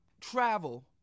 travel